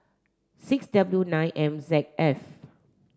six W nine M Z F